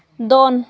ᱫᱚᱱ